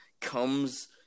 comes